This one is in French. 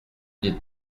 des